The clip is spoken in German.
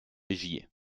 regie